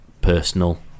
personal